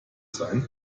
sein